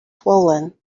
swollen